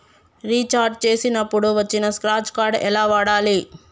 Recharge చేసినప్పుడు వచ్చిన scratch card ఎలా వాడాలి?